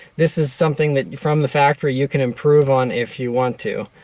this is something that, from the factory, you can improve on, if you want to.